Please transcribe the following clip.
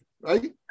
right